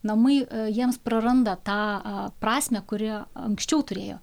namai jiems praranda tą a prasmę kurią anksčiau turėjo